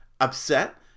upset